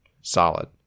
Solid